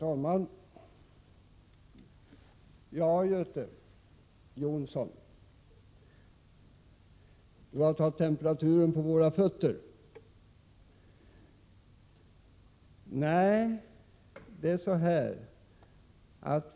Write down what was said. Herr talman! Göte Jonsson har tagit temperaturen på våra fötter och påstår att vi har fått kalla fötter. Nej, Göte Jonsson.